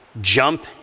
jump